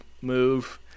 move